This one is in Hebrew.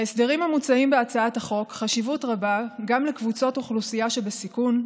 להסדרים המוצעים בהצעת החוק חשיבות רבה גם לקבוצות אוכלוסייה שבסיכון,